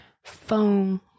Phone